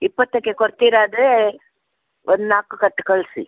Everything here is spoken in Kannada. ಇಪ್ಪತ್ತಕ್ಕೆ ಕೊಡ್ತೀರಾದರೆ ಒಂದು ನಾಲ್ಕು ಕಟ್ಟು ಕಳಿಸಿ